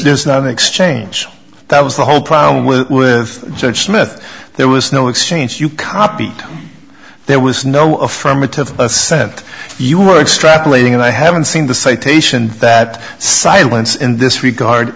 is not an exchange that was the whole problem with with judge smith there was no exchange you copy there was no affirmative assent you were extrapolating and i haven't seen the citation that silence in this regard